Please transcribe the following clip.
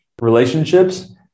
relationships